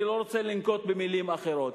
אני לא רוצה לנקוט במלים אחרות,